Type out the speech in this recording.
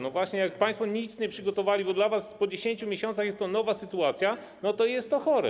No właśnie jak państwo nic nie przygotowali, bo dla was po 10 miesiącach jest to nowa sytuacja, no to jest to chore.